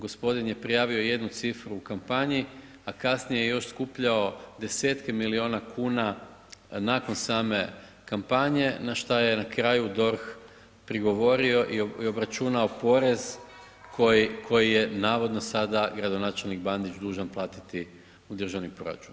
Gospodin je prijavio jednu cifru u kampanji, a kasnije je još skupljao 10-tke milijuna kuna nakon same kampanje na što je na kraju DORH prigovorio i obračunao porez koji je navodno sada gradonačelnik Bandić dužan platiti u državni proračun.